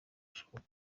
bushoboka